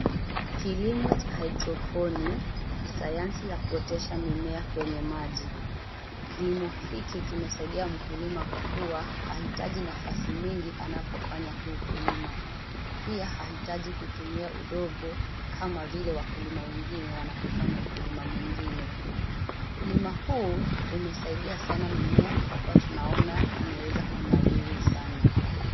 Kilimo cha hydroponi ni sayansi ya kuotesha mimea kwenye maji. Kilimo hiki kimesaidia mkulima kwa kuwa haitaji nafasi mingi anapofanya huu ukulima. Pia haitaji kutumia udongo kama vile wakulima wengine wanapofanya ukulima mwingine. Ukulima huu umesaidia sana mimea kwa kuwa tunaona imeweza kunawiri sana.